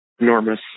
enormous